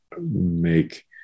make